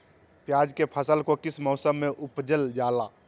प्याज के फसल को किस मौसम में उपजल जाला?